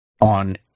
on